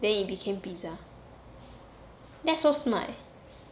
then it became pizza that's so smart